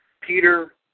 Peter